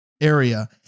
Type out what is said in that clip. area